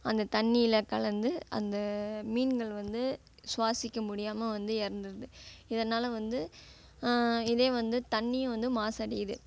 அந்த தண்ணியில் கலந்து அந்த மீன்கள் வந்து சுவாசிக்க முடியாமல் வந்து இறந்துருது இதனால் வந்து இதே வந்து தண்ணியும் வந்து மாசடையுது